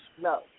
No